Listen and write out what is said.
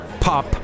pop